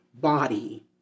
body